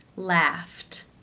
laughed,